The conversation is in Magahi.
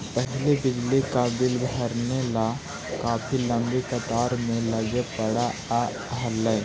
पहले बिजली का बिल भरने ला काफी लंबी कतार में लगे पड़अ हलई